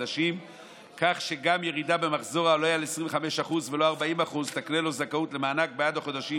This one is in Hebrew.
כדאי שתדעו: יש תוכניות שפועלות כבר חודשים,